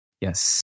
yes